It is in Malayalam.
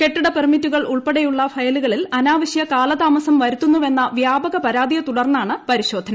കെട്ടിട പെർമിറ്റുകൾ ഉൾപ്പെടെയുള്ള ഫയലുകളിൽ അനാവശ്യ കാലതാമസം വരുത്തുന്നുവെന്ന വ്യാപക പരാതിയെ തുടർന്നാണ് പരിശോധന